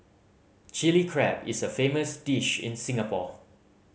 Chilli Crab is a famous dish in Singapore